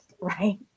right